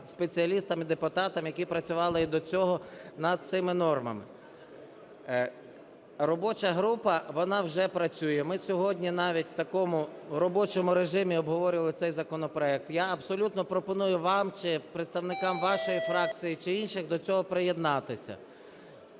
спеціалістам і депутатам, які працювали і до цього над цими нормами. Робоча група, вона вже працює. Ми сьогодні навіть в такому робочому режимі обговорювали цей законопроект. Я абсолютно пропоную вам чи представникам вашої фракції, чи інших до цього приєднатися.